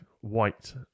white